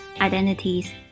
identities